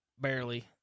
barely